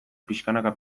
pixkanaka